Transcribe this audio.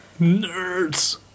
Nerds